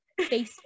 Facebook